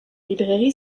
librairie